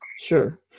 Sure